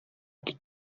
que